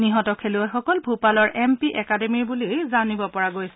নিহত খেলুৱৈসকল ভূপালৰ এম পি একাডেমীৰ বুলি জানিব পৰা গৈছে